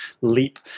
leap